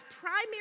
primary